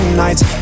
nights